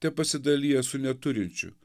te pasidalija su neturinčiu